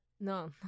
No